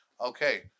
Okay